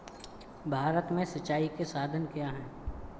भारत में सिंचाई के साधन क्या है?